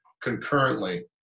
concurrently